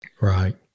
Right